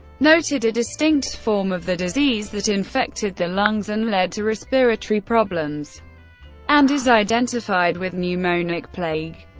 noted a distinct form of the disease that infected the lungs and led to respiratory problems and is identified with pneumonic plague.